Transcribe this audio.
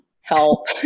help